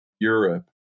Europe